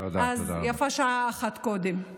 אז יפה שעה אחת קודם.